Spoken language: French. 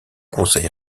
conseil